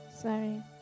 Sorry